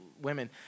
women